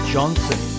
Johnson